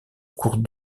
cours